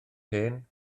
hen